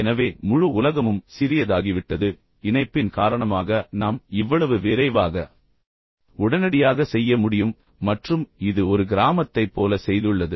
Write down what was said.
எனவே முழு உலகமும் சிறியதாகிவிட்டது இணைப்பின் காரணமாக நாம் இவ்வளவு விரைவாக உடனடியாக செய்ய முடியும் மற்றும் இது ஒரு கிராமத்தைப் போல செய்துள்ளது